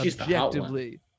objectively